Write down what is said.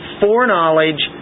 foreknowledge